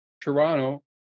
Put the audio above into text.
Toronto